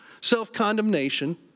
self-condemnation